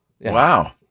Wow